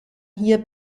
hier